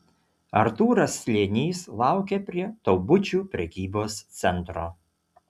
artūras slėnys laukė prie taubučių prekybos centro